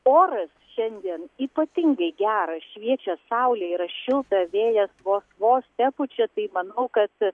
oras šiandien ypatingai geras šviečia saulė yra šilta vėjas vos vos tepučia tai manau kad